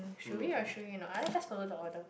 should we or should we not uh let's just follow the order